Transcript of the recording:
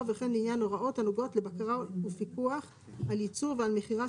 וכן לעניין הוראות הנוגעות לבקרה ופיקוח ולעיצוב המכירה